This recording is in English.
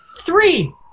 three